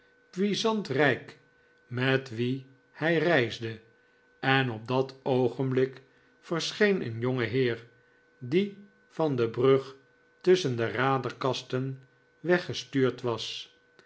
puissant rijk met wien hij reisde en op dat oogenblik verscheen een jongeheer die van de brug tusschen de raderkasten weggestuurd was